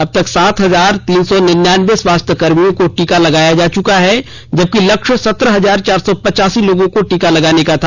अबतक सात हजार तीन सौ निनयानबे स्वास्थकर्मियों को टीका लगाया गया है जबकि लक्ष्य सत्रह हजार चार सौ पचासी लोगों को लगाने का था